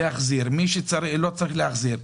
יחזיר, מי שלא צריך לא יחזיר.